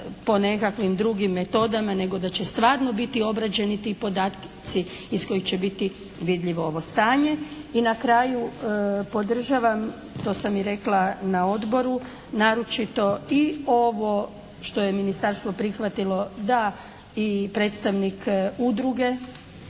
po nekakvim drugim metodama nego da će stvarno biti obrađeni ti podaci iz kojih će biti vidljivo ovo stanje. I na kraju podržavam to sam i rekla na Odboru naročito i ovo što je Ministarstvo prihvatilo da i predstavnik Udruge